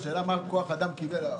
השאלה מה עובד בחברת כוח אדם קיבל.